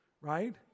Right